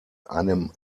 einem